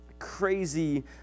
crazy